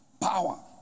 Power